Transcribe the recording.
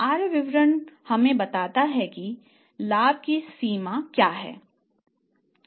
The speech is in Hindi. आय विवरण हमें बताता है कि लाभ की सीमा क्या है